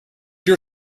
your